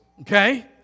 okay